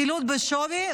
חילוט בשווי,